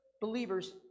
believers